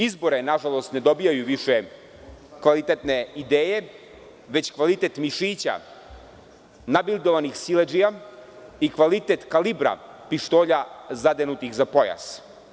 Izbore nažalost, ne dobijaju više kvalitetne ideje, već kvalitet mišića nabildovanih siledžija i kvalitet kalibra pištolja zadenutih za pojas.